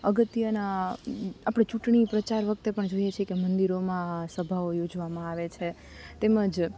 અગત્યના આપણે ચૂંટણી પ્રચાર વખતે પણ જોઈએ છે કે મંદિરોમાં સભાઓ યોજવામાં આવે છે તેમજ